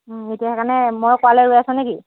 এতিয়া সেইকাৰণে মই কোৱালৈ ৰৈ আছ নেকি